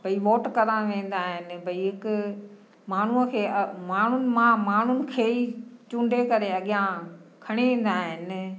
भई वोट कराइण वेंदा आहिनि भई हिकु माण्हूअ खे माण्हुनि मां माण्हुनि खे ई चूंडे करे अॻियां खणी ईंदा आहिनि